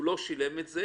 לא שילם את זה.